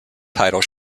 title